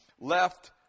left